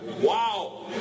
Wow